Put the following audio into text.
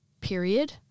period